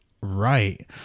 right